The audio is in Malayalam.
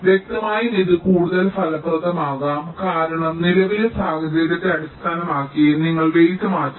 വ്യക്തമായും ഇത് കൂടുതൽ ഫലപ്രദമാകാം കാരണം നിലവിലെ സാഹചര്യത്തെ അടിസ്ഥാനമാക്കി നിങ്ങൾ വെയ്റ് മാറ്റുന്നു